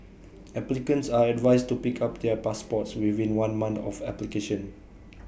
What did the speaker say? applicants are advised to pick up their passports within one month of application